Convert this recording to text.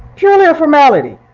purely a formality,